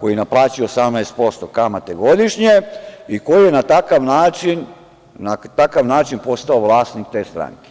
koji naplaćuje 18% kamate godišnje i koji na takav način je postao vlasnik te stranke.